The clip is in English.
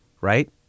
right